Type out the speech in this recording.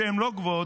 שהן לא גבוהות,